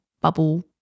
bubble